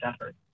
effort